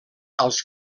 als